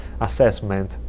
assessment